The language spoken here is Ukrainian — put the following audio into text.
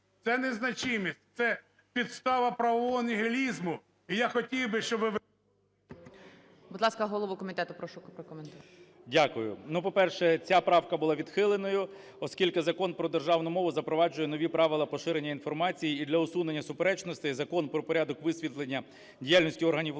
Це не значимість, це підстава правового нігілізму, і я хотів би, щоби… ГОЛОВУЮЧИЙ. Будь ласка, голову комітету прошу прокоментувати. 12:49:08 КНЯЖИЦЬКИЙ М.Л. Дякую. Ну по-перше, ця правка була відхиленою, оскільки Закон про державну мову запроваджує нові правила поширення інформації і для усунення суперечностей Закон про порядок висвітлення діяльності органів влади